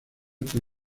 entre